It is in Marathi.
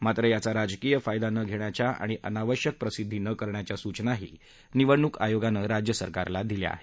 मात्र याचा राजकीय फायदा न घेण्याच्या आणि अनावश्यक प्रसिद्धी न करण्याच्या सूचनाही निवडणूक आयोगानं राज्य सरकारला दिल्या आहेत